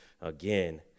again